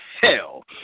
hell